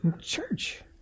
Church